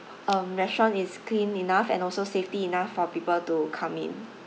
um restaurant is clean enough and also safety enough for people to come in